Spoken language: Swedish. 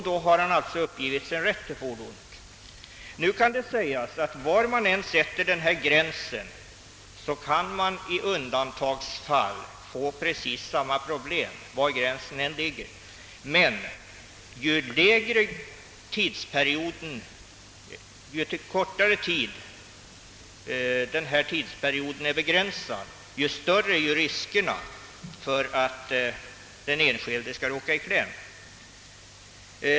Då skall han alltså anses ha uppgivit sin rätt till fordonet. Det kan visserligen sägas att samma problem uppstår var man än sätter denna gräns, men ju kortare tidsperioden är desto större är risken för att den enskilde kan råka i kläm.